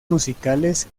musicales